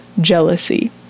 jealousy